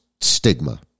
stigma